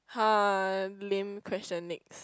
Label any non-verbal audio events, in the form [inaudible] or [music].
[noise] lame question next